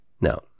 no